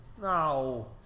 No